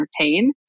entertain